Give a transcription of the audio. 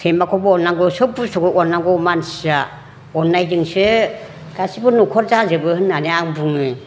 सैमाखौबो अननांगौ सोब बुस्तुखौनो अननांगौ मानसिया अननायजोंसो गासैबो न'खर जाजोबो होननानै आं बुङो